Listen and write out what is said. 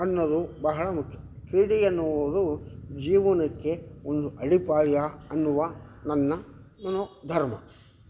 ಅನ್ನೋದು ಬಹಳ ಮುಖ್ಯ ಕ್ರೀಡೆ ಎನ್ನುವುದು ಜೀವನಕ್ಕೆ ಒಂದು ಅಡಿಪಾಯ ಎನ್ನುವ ನನ್ನ ಮನೋ ಧರ್ಮ